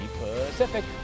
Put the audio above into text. Pacific